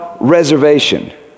reservation